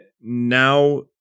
now